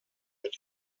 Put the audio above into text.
mit